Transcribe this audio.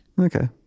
Okay